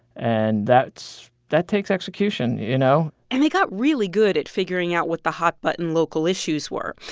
and that's that takes execution, you know? and he got really good at figuring out what the hot-button local issues were.